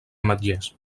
ametllers